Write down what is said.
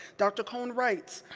dr. cone writes,